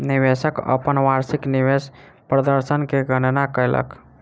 निवेशक अपन वार्षिक निवेश प्रदर्शन के गणना कयलक